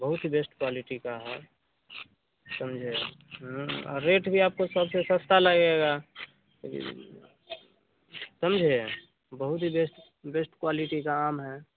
बहुत best quality का है समझे रेट भी आपको सबसे सस्ता लगेगा समझे बहुत ही बेस्ट बेस्ट क्वालिटी का आम है